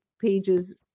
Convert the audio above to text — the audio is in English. pages